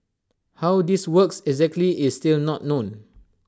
how this works exactly is still not known